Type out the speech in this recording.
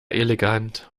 elegant